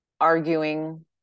arguing